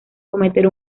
cometer